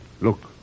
Look